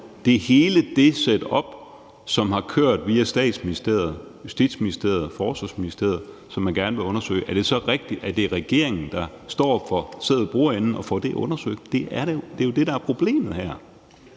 er hele det setup, som har kørt via Statsministeriet, Justitsministeriet og Forsvarsministeriet, og som man gerne vil undersøge, og er det så rigtigt, at det er regeringen, der sidder ved bordenden og får det undersøgt? Det er jo det, der er problemet her.